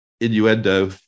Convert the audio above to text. innuendo